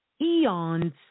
eons